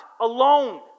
alone